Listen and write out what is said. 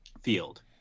field